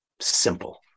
simple